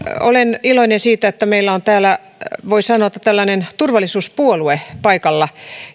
olen iloinen siitä että meillä on täällä voi sanoa tällainen turvallisuuspuolue paikalla